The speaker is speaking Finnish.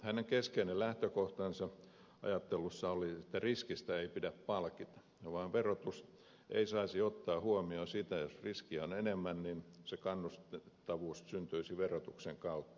hänen keskeinen lähtökohtansa ajattelussa oli että riskistä ei pidä palkita vaan verotus ei saisi ottaa huomioon sitä jos riskiä on enemmän se kannustettavuus syntyisi verotuksen kautta